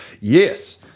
Yes